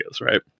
right